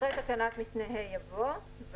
נקרא את פסקה 5: (5) אחרי תקנת משנה (ה) יבוא "(ו)